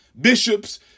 bishops